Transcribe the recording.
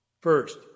First